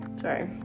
Sorry